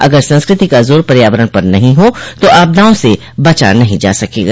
अगर संस्कृति का जोर पर्यावरण पर नहीं हो तो आपदाओं से बचा नहीं जा सकेगा